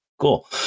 cool